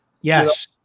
Yes